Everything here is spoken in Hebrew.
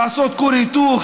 לעשות כור היתוך,